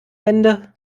ende